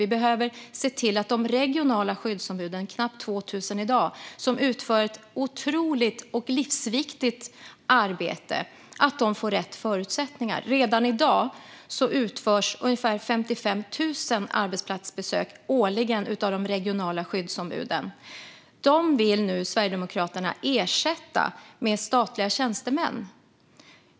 Vi behöver se till att de regionala skyddsombud som utför ett livsviktigt arbete - det är knappt 2 000 i dag - får rätt förutsättningar. Redan i dag utförs ungefär 55 000 arbetsplatsbesök årligen av de regionala skyddsombuden. De vill nu Sverigedemokraterna ersätta med statliga tjänstemän.